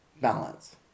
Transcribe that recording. balance